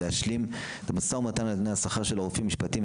להשלים את המשא ומתן על תנאי השכר של הרופאים המשפטיים,